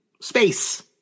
space